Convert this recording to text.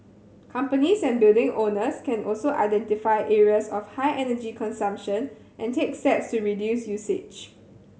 companies and building owners can also identify areas of high energy consumption and take steps to reduce usage